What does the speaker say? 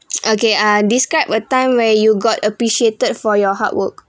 okay uh describe a time where you got appreciated for your hard work